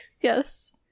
Yes